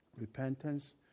repentance